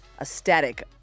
aesthetic